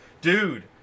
dude